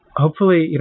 hopefully, you know